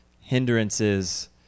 hindrances